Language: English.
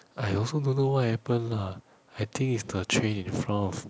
I also don't know what happened lah I think it's the train in front of